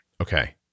Okay